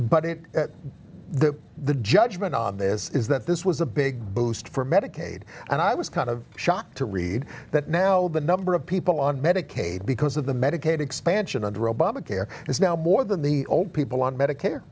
but it the the judgment on this is that this was a big boost for medicaid and i was kind of shocked to read that now the number of people on medicaid because of the medicaid expansion under obamacare is now more than the old people on medicare